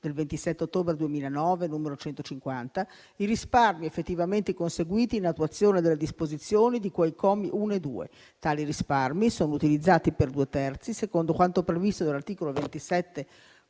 27 ottobre 2009, n.150, i risparmi effettivamente conseguiti in attuazione delle disposizioni di cui ai commi 1 e 2. Tali risparmi sono utilizzati, per due terzi secondo quanto previsto dall'articolo 27, comma